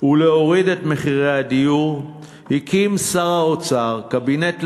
ולהוריד את מחירי הדיור הקים שר האוצר קבינט לדיור,